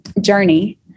journey